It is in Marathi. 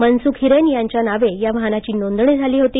मनसुख हिरेन यांच्या नावे या वाहनाची नोंदणी झाली होती